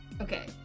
Okay